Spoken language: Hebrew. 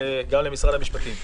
משרד המשפטים,